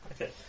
Okay